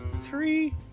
three